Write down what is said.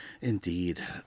Indeed